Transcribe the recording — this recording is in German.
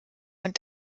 und